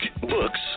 books